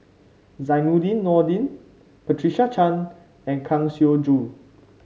Zainudin Nordin Patricia Chan and Kang Siong Joo